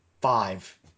five